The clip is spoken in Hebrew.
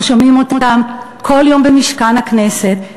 אנחנו שומעים אותם כל יום במשכן הכנסת,